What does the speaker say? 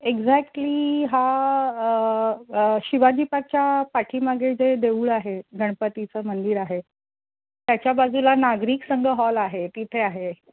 exactly हा शिवाजी पाकच्या पाठीमागे जे देऊळ आहे गणपतीचं मंदिर आहे त्याच्या बाजूला नागरिक संघ हॉल आहे तिथे आहे